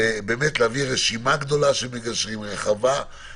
באמת להביא רשימה גדולה ורחבה של מגשרים,